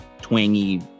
twangy